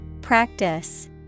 Practice